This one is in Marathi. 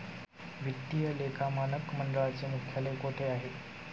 वित्तीय लेखा मानक मंडळाचे मुख्यालय कोठे आहे?